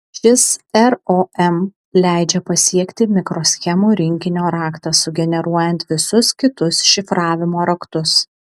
šis rom leidžia pasiekti mikroschemų rinkinio raktą sugeneruojant visus kitus šifravimo raktus